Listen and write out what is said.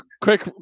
quick